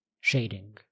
shading